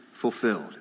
fulfilled